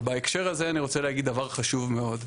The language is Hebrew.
ובהקשר הזה אני רוצה להגיד דבר חשוב מאוד.